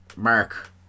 Mark